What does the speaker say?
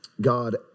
God